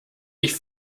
mich